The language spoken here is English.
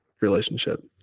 relationship